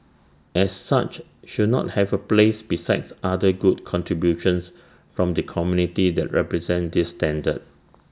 as such should not have A place besides other good contributions from the community that represent this standard